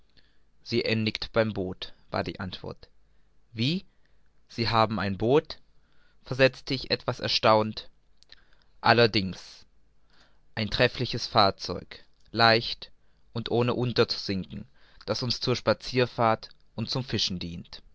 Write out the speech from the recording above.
sie endigt beim boot war die antwort wie sie haben ein boot versetzte ich etwas erstaunt allerdings ein treffliches fahrzeug leicht und ohne unterzusinken das uns zur spazierfahrt und zum fischen dient